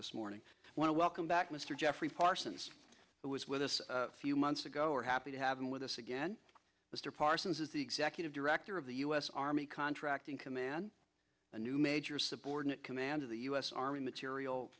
this morning i want to welcome back mr jeffrey parsons who is with us few months ago we're happy to have him with us again mr parsons is the executive director of the u s army contracting command a new major subordinate command the u s army material